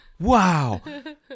wow